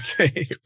Okay